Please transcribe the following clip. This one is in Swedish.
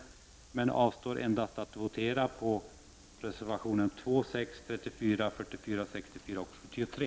Jag avser att votera endast när det gäller reservationerna 2, 6, 34, 44, 64 och 73.